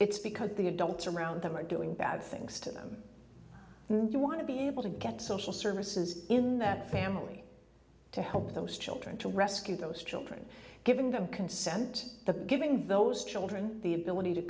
it's because the adults around them are doing bad things to them and you want to be able to get social services in that family to help those children to rescue those children giving them consent the giving those children the ability to